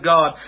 God